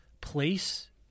place